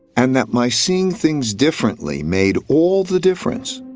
and that my seeing things differently made all the difference.